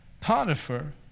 Potiphar